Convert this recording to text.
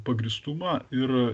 pagrįstumą ir